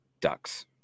Ducks